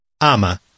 Ama